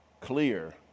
clear